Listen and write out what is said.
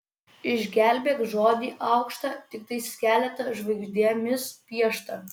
išgelbėk žodį aukštą tiktai skeletą žvaigždėmis pieštą